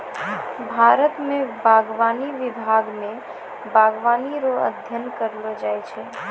भारत मे बागवानी विभाग मे बागवानी रो अध्ययन करैलो जाय छै